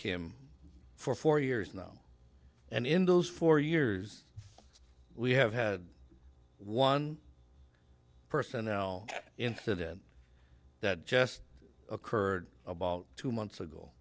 ym for four years now and in those four years we have had one personnel incident that just occurred about two months ago